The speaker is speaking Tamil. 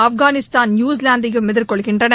ஆப்கானிஸ்தான் நியுசிலாந்தையும் எதிர்கொள்கின்றன